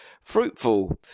fruitful